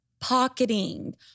Pocketing